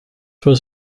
was